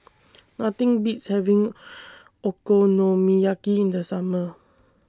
Nothing Beats having Okonomiyaki in The Summer